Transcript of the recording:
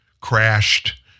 crashed